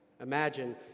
Imagine